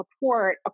report